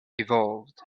evolved